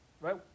Right